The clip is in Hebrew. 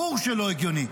ברור שלא הגיוני.